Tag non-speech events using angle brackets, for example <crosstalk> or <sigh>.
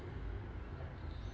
<breath>